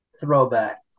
throwback